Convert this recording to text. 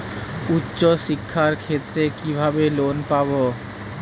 উচ্চশিক্ষার ক্ষেত্রে কিভাবে লোন পাব?